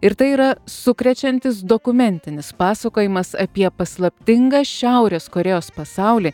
ir tai yra sukrečiantis dokumentinis pasakojimas apie paslaptingą šiaurės korėjos pasaulį